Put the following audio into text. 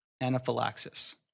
anaphylaxis